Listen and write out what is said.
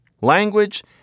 language